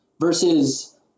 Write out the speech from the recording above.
Versus